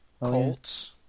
Colts